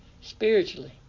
spiritually